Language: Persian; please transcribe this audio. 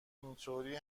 اینطوری